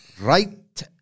right